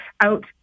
out